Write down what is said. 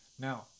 Now